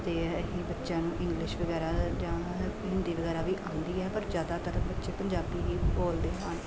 ਅਤੇ ਅਸੀਂ ਬੱਚਿਆਂ ਨੂੰ ਇੰਗਲਿਸ਼ ਵਗੈਰਾ ਜਾਂ ਹਿੰਦੀ ਵਗੈਰਾ ਵੀ ਆਉਂਦੀ ਹੈ ਪਰ ਜ਼ਿਆਦਾਤਰ ਬੱਚੇ ਪੰਜਾਬੀ ਹੀ ਬੋਲਦੇ ਹਨ